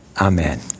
Amen